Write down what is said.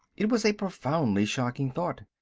it was a profoundly shocking thought.